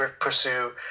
pursue